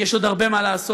יש עוד הרבה מה לעשות,